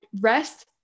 rest